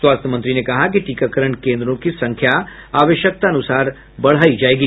स्वास्थ्य मंत्री ने कहा कि टीकाकरण केंद्रों की संख्या आवश्यकतानुसार बढ़ाई जाएगी